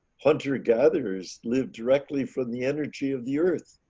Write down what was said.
hunter gatherers lived directly from the energy of the earth.